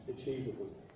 achievable